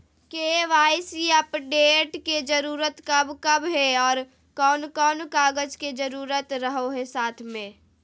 KYC update के जरूरत कब कब है और कौन कौन कागज के जरूरत रहो है साथ में?